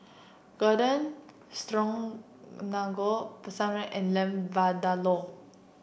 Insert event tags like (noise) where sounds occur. Garden (unintelligible) Paneer and Lamb Vindaloo